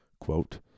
quote